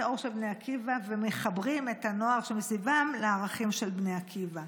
האור של בני עקיבא ומחברים את הנוער שמסביבם לערכים של בני עקיבא.